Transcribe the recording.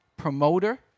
promoter